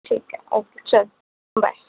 ठीक आहे ओके चल बाय